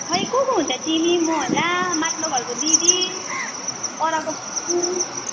खोइ को को हुन्छ तिमी म होला माथिल्लो घरको दिदी परको